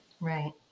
Right